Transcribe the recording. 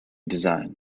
design